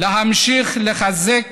להמשיך לחזק